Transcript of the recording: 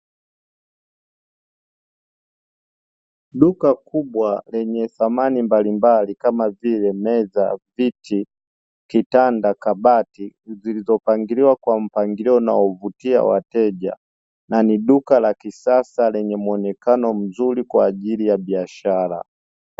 Duka kubwa lenye samani mbalimbali kama vile: meza, viti, kitanda, kabati; zilizopangiliwa kwa mpangilio unaovutia wateja, na ni duka la kisasa lenye mwonekano mzuri kwa ajili ya biashara.